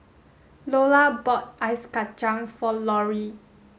Lola bought ice kachang for Laurie